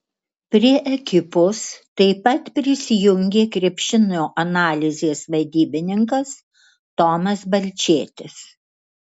prie ekipos taip pat prisijungė krepšinio analizės vadybininkas tomas balčėtis